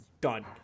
done